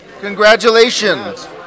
Congratulations